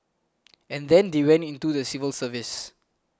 and then they went into the civil service